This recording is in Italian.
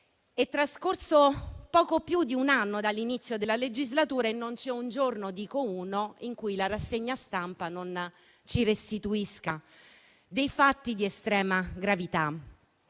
È trascorso poco più di un anno dall'inizio della legislatura e non c'è un giorno, dico uno, in cui la rassegna stampa non ci restituisca fatti di estrema gravità: